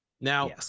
Now